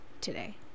today